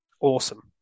awesome